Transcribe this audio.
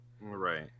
Right